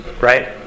right